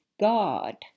God